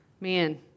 Man